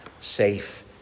safe